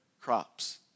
crops